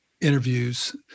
interviews